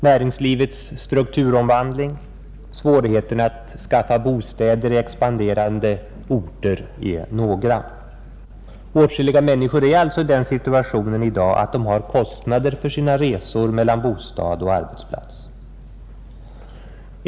Näringslivets strukturomvandling, svårigheterna att skaffa bostäder i expanderande orter är några. Åtskilliga människor är alltså i dag i den situationen att de har kostnader för sina resor mellan bostaden och arbetsplatsen.